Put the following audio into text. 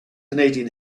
canadian